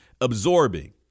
absorbing